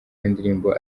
y’indirimbo